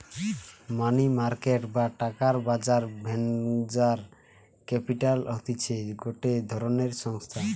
মানি market বা টাকার বাজার ভেঞ্চার ক্যাপিটাল হতিছে গটে ধরণের সংস্থা